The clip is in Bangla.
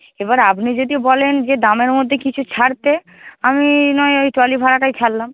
এবার আপনি যদি বলেন যে দামের মধ্যে কিছু ছাড়তে আমি নাহয় ওই ট্রলি ভাড়াটাই ছাড়লাম